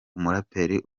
umuraperi